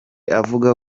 avuga